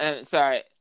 Sorry